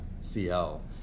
CL